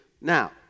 Now